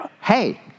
Hey